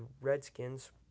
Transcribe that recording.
Redskins